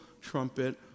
trumpet